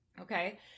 okay